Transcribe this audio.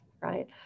right